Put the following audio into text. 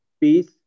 Peace